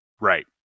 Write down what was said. Right